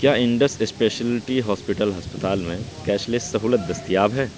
کیا Indus specialty hospital ہسپتال میں کیش لیس سہولت دستیاب ہے